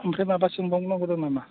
ओमफ्राय माबा सोंबाव नांगौ दं नामा